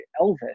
Elvis